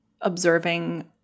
observing